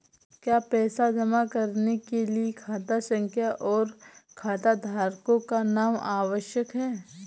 क्या पैसा जमा करने के लिए खाता संख्या और खाताधारकों का नाम आवश्यक है?